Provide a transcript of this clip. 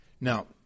Now